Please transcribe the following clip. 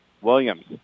Williams